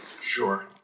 Sure